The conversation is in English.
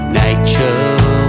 nature